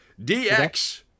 DX